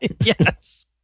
Yes